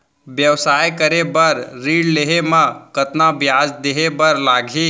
व्यवसाय करे बर ऋण लेहे म कतना ब्याज देहे बर लागही?